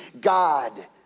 God